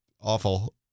Awful